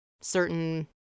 certain